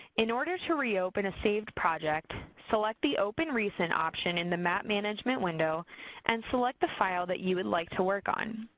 in order to reopen a saved project, select the open recent option in the map management window and select the file that you would like to work on.